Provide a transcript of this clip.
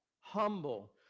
Humble